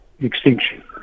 extinction